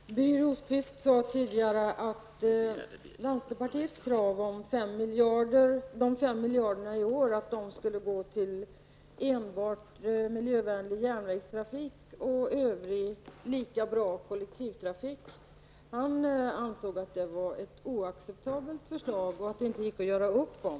Herr talman! Birger Rosqvist sade tidigare att han ansåg att vänsterpartiets krav på att de 5 miljarderna i år skulle gå enbart till miljövänlig järnvägstrafik och annan lika bra kollektivtrafik var oacceptabelt och att förslaget inte gick att göra upp om.